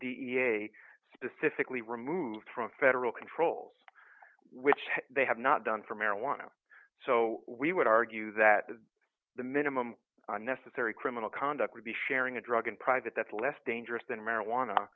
a specifically removed from federal controls which they have not done for marijuana so we would argue that the minimum necessary criminal conduct would be sharing a drug in private that's less dangerous than marijuana